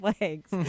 legs